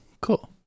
Cool